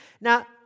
Now